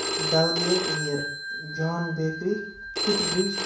Dal gate near Jan bakery foot bridge